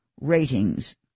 ratings